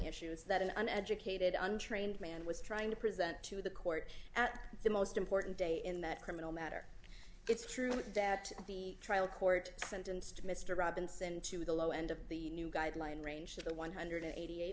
issues that an educated untrained man was trying to present to the court at the most important day in that criminal matter it's true that dadt the trial court sentenced mr robinson to the low end of the new guideline range to one hundred and eighty eight